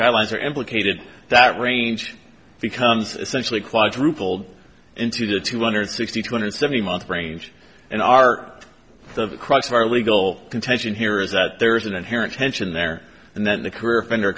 guidelines are implicated that range becomes essentially quadrupled into the two hundred sixty two hundred seventy month range and art the crux of our legal contention here is that there is an inherent tension there and then the career offender